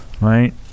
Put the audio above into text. right